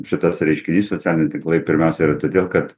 šitas reiškinys socialiniai tinklai pirmiausia yra todėl kad